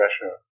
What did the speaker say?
pressure